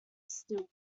steel